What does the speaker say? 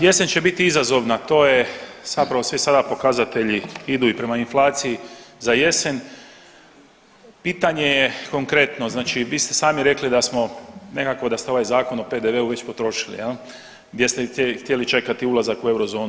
Jesen će biti izazovna, to je zapravo svi sada pokazatelji idu i prema inflaciji za jesen, pitanje je konkretno znači vi ste sami rekli da smo nekako da ste ovaj Zakon o PDV-u već potrošili gdje ste htjeli čekati ulazak u eurozonu.